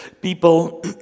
people